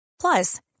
Plus